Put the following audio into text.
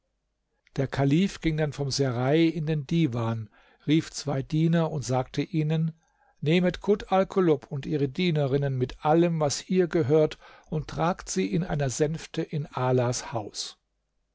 der kalif ging dann vom serail in den divan rief zwei diener und sagte ihnen nehmet kut alkulub und ihre dienerinnen mit allem was ihr gehört und tragt sie in einer sänfte in alas haus